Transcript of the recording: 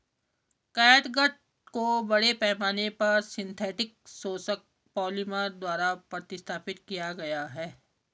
catgut को बड़े पैमाने पर सिंथेटिक शोषक पॉलिमर द्वारा प्रतिस्थापित किया गया है